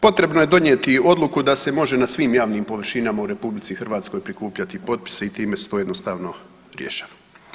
Potrebno je donijeti odluku da se može na svim javnim površinama u RH prikupljati potpisi i time je to jednostavno riješeno.